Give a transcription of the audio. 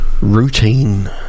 routine